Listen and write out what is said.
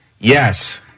Yes